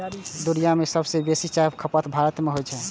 दुनिया मे सबसं बेसी चायक खपत भारत मे होइ छै